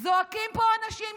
זועקים פה אנשים,